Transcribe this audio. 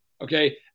Okay